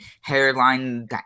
hairline